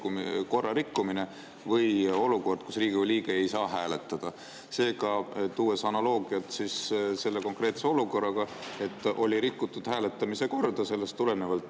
korra rikkumine või olukord, kus Riigikogu liige ei saa hääletada. Seega, toon analoogia selle konkreetse olukorraga: oli rikutud hääletamise korda, sellest tulenevalt